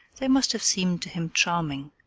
they must have seemed to him charming.